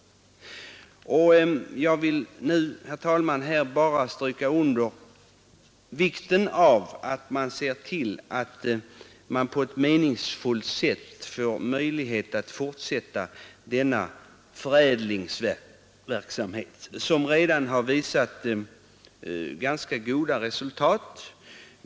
Jag vill nu, herr talman, bara stryka under vikten av att se till att man på ett meningsfullt sätt får möjlighet att fortsätta denna förädlingsverksamhet, som redan har visat ganska goda resultat.